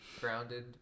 grounded